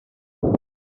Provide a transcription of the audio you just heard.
way